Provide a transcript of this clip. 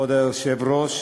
כבוד היושב-ראש,